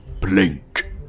blink